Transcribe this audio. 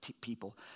people